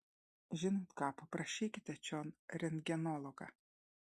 žinot ką paprašykite čion rentgenologą